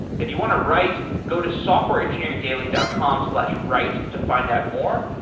if you want to write, go to softwareengineeringdaily dot com slash write to find out more.